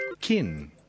Kin